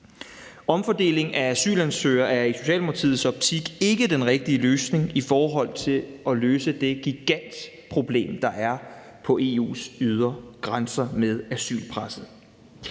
Omfordeling af asylansøgere er i Socialdemokratiets optik ikke den rigtige løsning i forhold til at løse det gigantproblem, der er med asylpresset